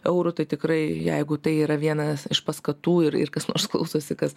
eurų tai tikrai jeigu tai yra vienas iš paskatų ir kas nors klausosi kas